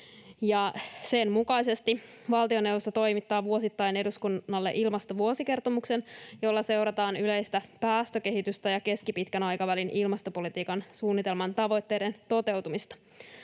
Sen mukaisesti valtioneuvosto toimittaa vuosittain eduskunnalle ilmastovuosikertomuksen, jolla seurataan yleistä päästökehitystä ja keskipitkän aikavälin ilmastopolitiikan suunnitelman tavoitteiden toteutumista.